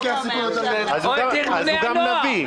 אז הוא גם נביא.